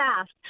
fast